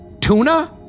Tuna